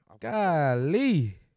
Golly